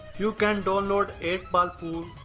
you can downloaded eight ball pool,